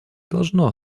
должно